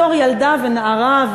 בתור ילדה ונערה,